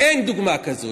אין דוגמה כזאת.